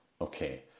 Okay